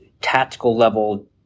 tactical-level